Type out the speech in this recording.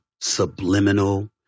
subliminal